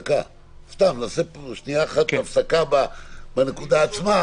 נעשה שנייה הפסקה בנקודה עצמה --- אני